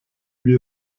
wie